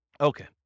Okay